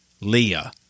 Leah